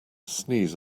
sneeze